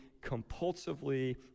compulsively